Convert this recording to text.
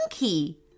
monkey